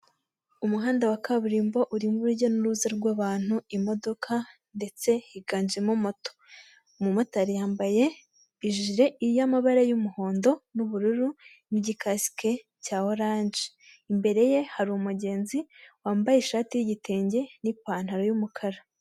Umuhanda wa kaburimbo urimo urujya n'uruza rwabantu, imodoka ndetse higanjemo moto, umumotari yambaye ijire y'amabara y'umuhondo n'ubururu mu gikasike cya oranje, imbere ye hari umugenzi wambaye ishati y'igitenge n'ipantaro y'umukara.